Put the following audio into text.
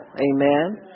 Amen